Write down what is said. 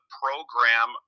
program